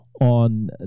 on